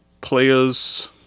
players